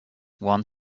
one